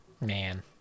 man